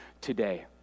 today